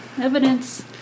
Evidence